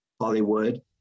Hollywood